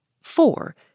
four